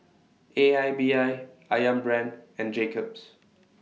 A I B I Ayam Brand and Jacob's